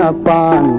ah bond